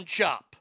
Chop